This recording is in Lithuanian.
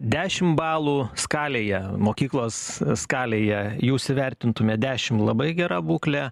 dešim balų skalėje mokyklos skalėje jūs įvertintumėt dešim labai gera būklė